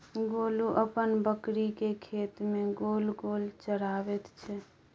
गोलू अपन बकरीकेँ खेत मे गोल गोल चराबैत छै